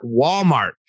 Walmart